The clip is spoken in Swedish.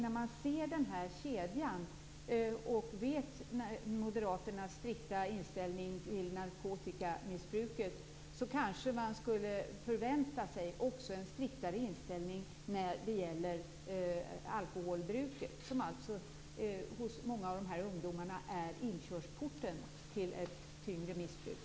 När man ser denna kedja och känner till Moderaternas strikta inställning till narkotikamissbruket förväntar man sig också en striktare inställning när det gäller alkoholbruket, som hos många ungdomar är inkörsporten till ett tyngre missbruk.